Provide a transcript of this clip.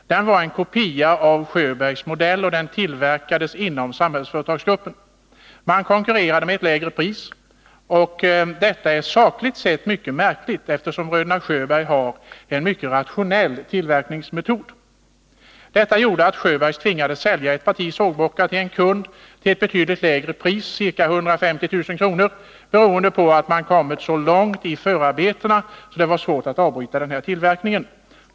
Den var en kopia av Sjöbergs modell, och den tillverkades inom Samhällsföretagsgruppen. Man konkurrerade med ett lägre pris. Detta är sakligt sett mycket märkligt, eftersom Bröderna Sjöbergs har en mycket rationell tillverkningsmetod. Detta gjorde att Sjöbergs tvingades sälja ett parti sågbockar till en kund till ett betydligt lägre pris — ca 150 000 kr. — beroende på att man kommit så långt i förberedelserna att det var svårt att avbryta tillverkningen.